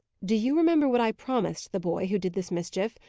do you remember what i promised the boy who did this mischief?